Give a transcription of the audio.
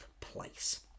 place